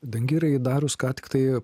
dangirai darius ką tik tai